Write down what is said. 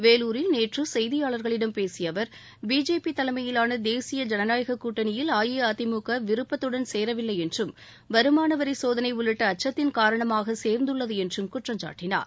வேலூரில் நேற்று செய்தியாளர்களிடம் பேசிய அவர் பிஜேபி தலைமையிலான தேசிய ஜனநாயகக் கூட்டனியில் அஇஅதிமுக விருப்பத்துடன் சேரவில்லை என்றும் வருமானவரி சோதனை உள்ளிட்ட அச்சத்தின் காரணமாக சேர்ந்துள்ளது என்றும் குற்றம் சாட்டினார்